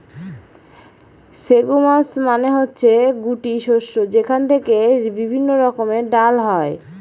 legumes মানে হচ্ছে গুটি শস্য যেখান থেকে বিভিন্ন রকমের ডাল হয়